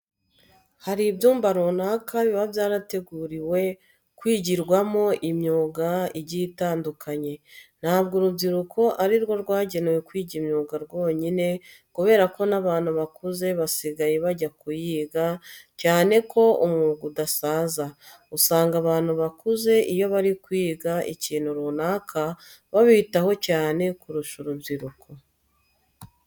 Hari ibyumba runaka biba byarateguriwe kwigirwamo imyuga igiye itandukanye. Ntabwo urubyiruko ari rwo rwagenewe kwiga imyuga rwonyine kubera ko n'abantu bakuze basigaye bajya kuyiga, cyane ko umwuga udasaza. Usanga abantu bakuze iyo bari kwiga ikintu runaka babitaho cyane kurusha urubyiruko.